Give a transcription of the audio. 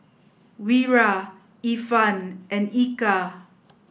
Wira Irfan and Eka